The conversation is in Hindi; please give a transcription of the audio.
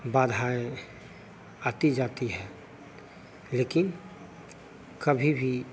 बाधाएं आती जाती हैं लेकिन कभी भी